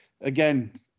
Again